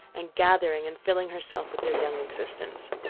and gathering and filling herself with their young existence.